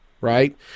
right